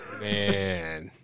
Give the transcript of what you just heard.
Man